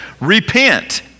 repent